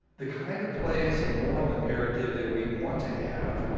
the kind of place and moral imperative that we want to have,